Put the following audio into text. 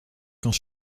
quand